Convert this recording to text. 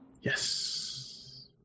Yes